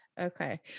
Okay